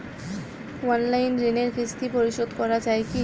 Online ঋণের কিস্তি পরিশোধ করা যায় কি?